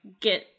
get